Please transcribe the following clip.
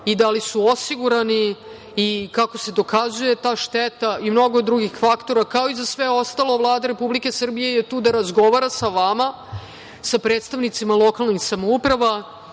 i da li su osigurani i kako se dokazuje ta šteta i mnogo drugih faktora. Kao i za sve ostalo, Vlada Republike Srbije je tu da razgovara sa vama, sa predstavnicima lokalnih samouprava